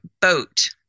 boat